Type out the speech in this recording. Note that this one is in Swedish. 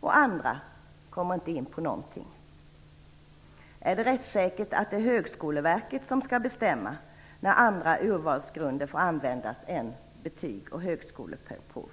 medan andra inte kommer in på någonting? Är det rättssäkert att Högskoleverket skall bestämma när andra urvalsgrunder får användas än betyg och högskoleprov?